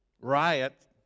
riot